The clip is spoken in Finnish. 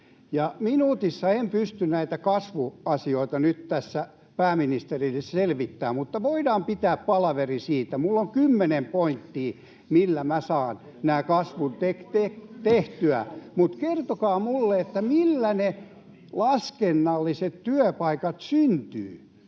Minuutissa en pysty näitä kasvuasioita nyt tässä pääministerille selvittämään, mutta voidaan pitää palaveri siitä. Minulla on kymmenen pointtia, millä minä saan tämän kasvun tehtyä. Mutta kertokaa minulle: millä ne laskennalliset työpaikat syntyvät,